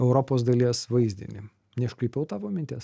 europos dalies vaizdinį neiškraipiau tavo minties